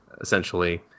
essentially